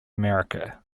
america